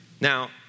Now